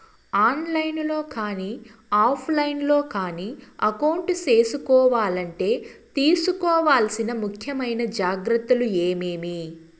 On line లో కానీ offline లో కానీ అకౌంట్ సేసుకోవాలంటే తీసుకోవాల్సిన ముఖ్యమైన జాగ్రత్తలు ఏమేమి?